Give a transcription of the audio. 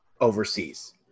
overseas